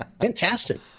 Fantastic